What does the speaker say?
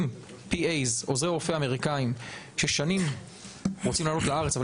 60 PAs עוזרי רופא אמריקאים ששנים רוצים לעלות לארץ אבל